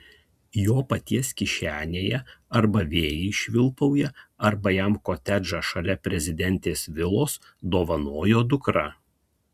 jo paties kišenėje arba vėjai švilpauja arba jam kotedžą šalia prezidentės vilos dovanojo dukra